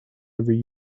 every